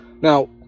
Now